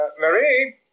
Marie